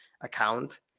account